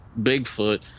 bigfoot